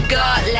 got